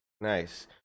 Nice